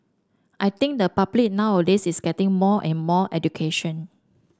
I think the public nowadays is getting more and more education